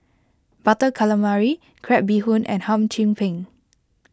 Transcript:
Butter Calamari Crab Bee Hoon and Hum Chim Peng